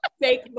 fake